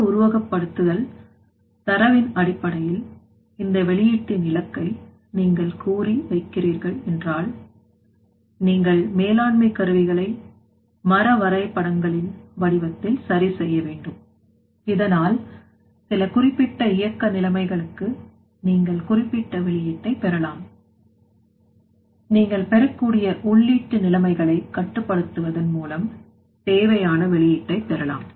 இந்த உருவகப்படுத்துதல் தரவின் அடிப்படையில் இந்த வெளியீட்டின் இலக்கை நீங்கள் கூறி வைக்கிறீர்கள் என்றால் நீங்கள் மேலாண்மை கருவிகளை மர வரைபடங்களின் வடிவத்தில் சரி செய்ய வேண்டும் இதனால் சில குறிப்பிட்ட இயக்க நிலைமைகளுக்கு நீங்கள் குறிப்பிட்ட வெளியீட்டை பெறலாம் நீங்கள் பெறக்கூடிய உள்ளிட்டு நிலைமைகளை கட்டுப்படுத்துவதன் மூலம் தேவையான வெளியீட்டை பெறலாம்